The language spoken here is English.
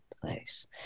place